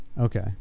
Okay